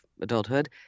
adulthood